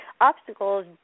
obstacles